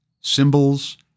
symbols